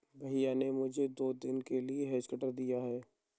भैया ने मुझे दो दिन के लिए हेज कटर दिया है